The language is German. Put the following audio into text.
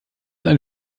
ein